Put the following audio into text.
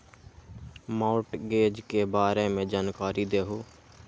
Mortgage के बारे में जानकारी देहु?